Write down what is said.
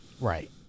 Right